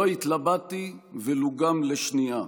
לא התלבטתי ולו לשנייה.